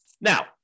Now